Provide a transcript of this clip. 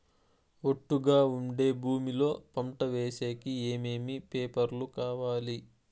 ఒట్టుగా ఉండే భూమి లో పంట వేసేకి ఏమేమి పేపర్లు కావాలి?